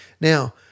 Now